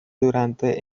durante